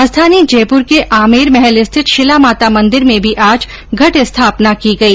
राजधानी जयपुर के आमेर महल स्थित शिला माता मंदिर में भी आज घट स्थापना की गई